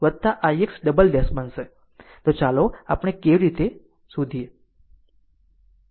તો ચાલો આપણે કેવી રીતે પકડી રાખે